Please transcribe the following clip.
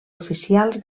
oficials